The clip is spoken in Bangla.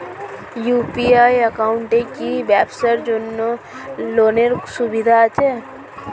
ইউ.পি.আই একাউন্টে কি ব্যবসার জন্য লোনের সুবিধা আছে?